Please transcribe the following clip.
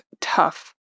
tough